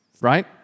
Right